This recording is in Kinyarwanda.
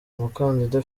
umukandida